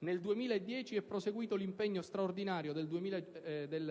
Nel 2010 è proseguito l'impegno straordinario del